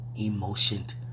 emotioned